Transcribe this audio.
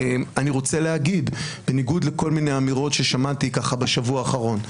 אני רוצה להגיד בניגוד לכל מיני אמירות ששמעתי בשבוע האחרון: